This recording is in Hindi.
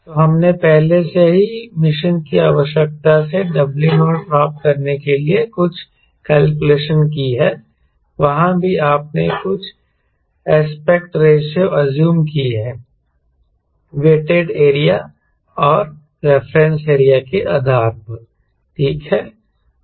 तो हमने पहले से ही मिशन की आवश्यकता से W0 प्राप्त करने के लिए कुछ कैलकुलेशन की है वहाँ भी आपने कुछ एस्पेक्ट रेशों एज्यूम की है वेंटेड एरिया और रेफरेंस एरिया के आधार पर ठीक है